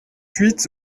huit